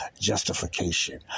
justification